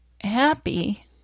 happy